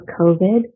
COVID